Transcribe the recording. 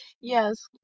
Yes